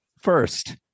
First